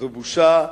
זו בושה.